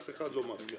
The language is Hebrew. אף אחד לא מפריע.